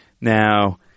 Now